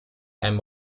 einem